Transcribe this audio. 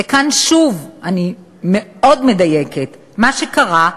וכאן, שוב, אני מאוד מדייקת, מה שקרה,